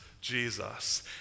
Jesus